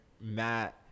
Matt